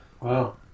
Wow